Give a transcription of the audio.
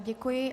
Děkuji.